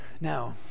now